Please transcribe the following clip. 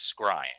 scrying